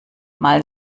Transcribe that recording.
mal